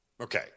Okay